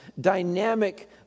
dynamic